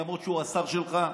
למרות שהוא השר שלך,